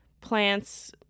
plants